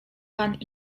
pan